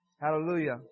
Hallelujah